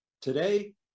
Today